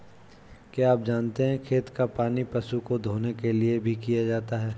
क्या आप जानते है खेत का पानी पशु को धोने के लिए भी किया जाता है?